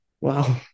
Wow